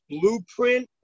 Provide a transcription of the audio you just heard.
blueprint